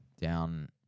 down